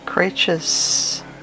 creatures